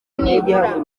nibura